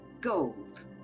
gold